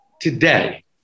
today